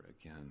again